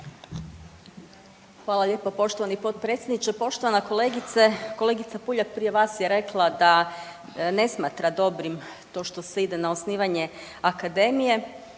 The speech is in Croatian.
Hvala lijepo poštovani potpredsjedniče. Poštovana kolegice. Kolegica Puljak prije vas je rekla da ne smatra dobrim to što se ide na osnivanje akademije,